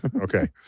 okay